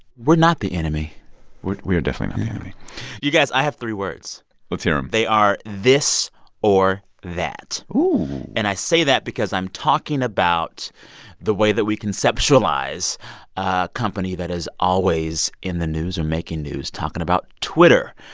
we're not the enemy we're we're definitely not the enemy you guys, i have three words let's hear them they are this or that ooh and i say that because i'm talking about the way that we conceptualize a company that is always in the news or making news talking about twitter.